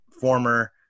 former